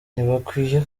ntibakwiye